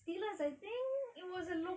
steelers I think it was a local